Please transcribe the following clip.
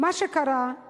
מה שקרה הוא